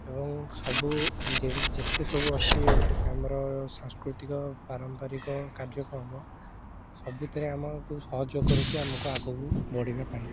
ଏବଂ ସବୁ ଯେବେ ଯେତେ ସବୁ ଅଛି ଆମର ସାଂସ୍କୃତିକ ପାରମ୍ପାରିକ କାର୍ଯ୍ୟକ୍ରମ ସବୁଥିରେ ଆମକୁ ସହଯୋଗ କରୁଛି ଆମକୁ ଆଗକୁ ବଢ଼ିବା ପାଇଁ